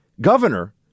governor